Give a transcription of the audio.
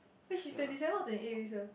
eh she's twenty seven or twenty eight this year